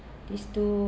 these two